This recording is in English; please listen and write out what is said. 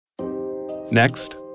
Next